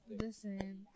Listen